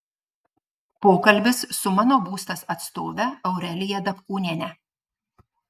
pokalbis su mano būstas atstove aurelija dapkūniene